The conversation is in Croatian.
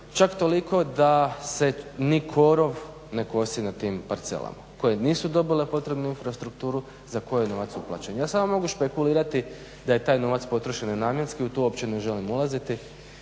čak toliko da se ni korov ne kosi na tim parcelama koje nisu dobile potrebnu infrastrukturu za koje je novac uplaćen. Ja samo mogu špekulirati da je taj novac potrošen nenamjenski u to uopće ne želim ulaziti